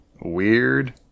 weird